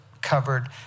covered